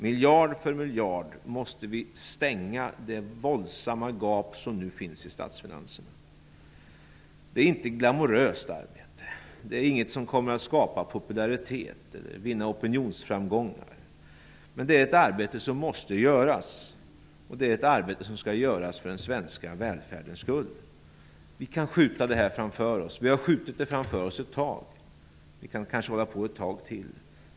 Miljard för miljard måste vi stänga det våldsamma gap som nu finns i statsfinanserna. Det är inte ett glamoröst arbete. Det kommer inte att skapa popularitet eller vinna opinionsframgångar, men det är ett arbete som måste göras. Det är ett arbete som skall göras för den svenska välfärdens skull. Vi kan skjuta det framför oss. Vi har skjutit det framför oss ett tag. Vi kan kanske hålla på ett tag till.